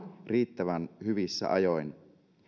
riittävän hyvissä ajoin